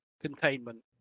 containment